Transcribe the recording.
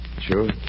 Sure